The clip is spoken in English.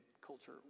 culture